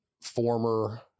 former